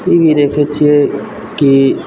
ई भी देखैत छियै कि